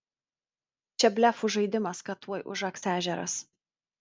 čia blefų žaidimas kad tuoj užaks ežeras